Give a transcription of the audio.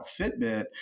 Fitbit